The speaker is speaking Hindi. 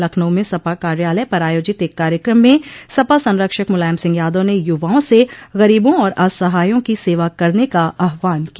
लखनऊ में सपा कार्यालय पर आयोजित एक कार्यक्रम में सपा संरक्षक मुलायम सिंह यादव ने युवाओं से गरीबों और असहायों की सेवा करने का आह्वान किया